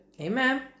Amen